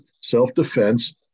self-defense